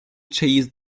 chased